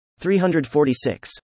346